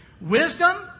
Wisdom